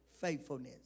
faithfulness